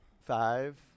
five